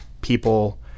people